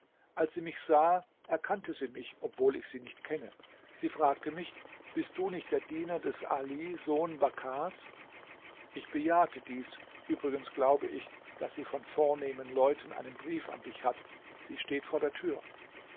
als sie mich sah erkannte sie mich obwohl ich sie nicht kenne sie fragte mich bist du nicht der diener des ali sohn bakars ich bejahte dies übrigens glaube ich daß sie von vornehmen leuten einen brief an dich hat sie steht vor der tür